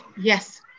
Yes